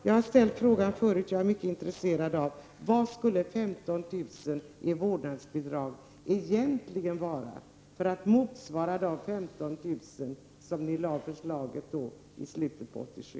Jag har ställt frågan förut, och jag är mycket intresserad av vad 15 000 i vårdnadsbidrag egentligen skulle vara för att motsvara de 15 000 som ni föreslog i slutet av 1987.